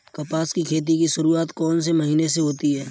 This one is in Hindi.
कपास की खेती की शुरुआत कौन से महीने से होती है?